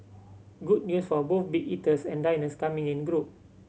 good news for both big eaters and diners coming in group